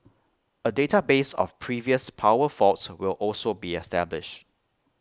A database of previous power faults will also be established